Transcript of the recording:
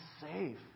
safe